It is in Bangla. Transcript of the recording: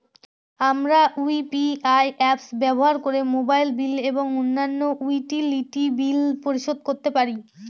আমরা ইউ.পি.আই অ্যাপস ব্যবহার করে মোবাইল বিল এবং অন্যান্য ইউটিলিটি বিল পরিশোধ করতে পারি